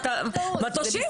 מטושים.